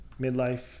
midlife